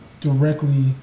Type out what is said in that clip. directly